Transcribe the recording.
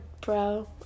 bro